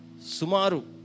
Sumaru